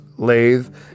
Lathe